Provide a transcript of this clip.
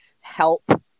help